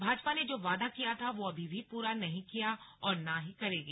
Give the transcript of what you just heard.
भाजपा ने जो वादा किया था वो अभी भी पूरा नहीं किया और ना ही करेगी